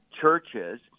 churches